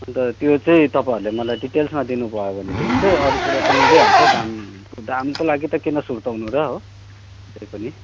अन्त त्यो चाहिँ तपाईँहरूले मलाई डिटेल्समा दिनुभयो भनेदेखि चाहिँ अरू कुरो त मिलिहाल्छ दाम दामको लागि त किन सुर्ताउनु र हो तैपनि